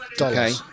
okay